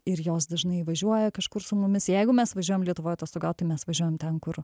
ir jos dažnai važiuoja kažkur su mumis jeigu mes važiuojam lietuvoj atostogaut tai mes važiuojam ten kur